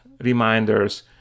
reminders